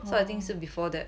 so I think 是 before that